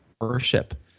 worship